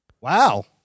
wow